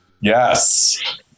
Yes